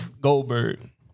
Goldberg